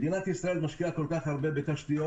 מדינת ישראל משקיעה כל כך הרבה בתשתיות,